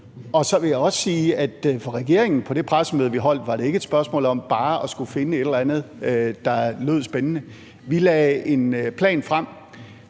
af. Så vil jeg også sige, at for regeringen på det pressemøde, vi holdt, var det ikke et spørgsmål om bare at skulle finde et eller andet, der lød spændende. Vi lagde en plan frem